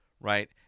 Right